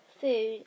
food